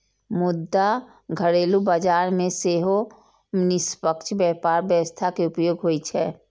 मुदा घरेलू बाजार मे सेहो निष्पक्ष व्यापार व्यवस्था के उपयोग होइ छै